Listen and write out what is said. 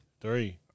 three